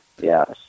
yes